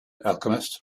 alchemist